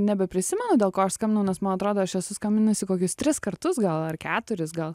nebeprisimenu dėl ko aš skambinau nes man atrodo aš esu skambinusi kokius tris kartus gal ar keturis gal